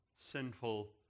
sinful